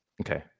Okay